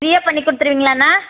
ஃப்ரீயாக பண்ணிக் கொடுத்துருவீங்களாண்ணா